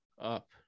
up